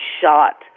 shot